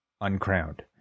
uncrowned